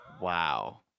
wow